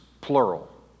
plural